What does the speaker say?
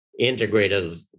integrative